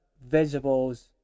vegetables